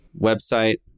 website